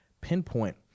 pinpoint